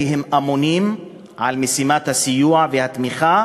כי הם אמונים על משימת הסיוע והתמיכה